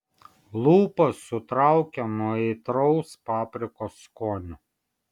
lūpas sutraukė nuo aitraus paprikos skonio